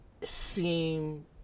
seem